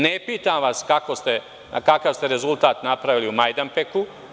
Ne pitam vas kakav ste rezultat napravili u Majdanpeku.